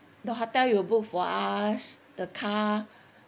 the hotel you will book for us the car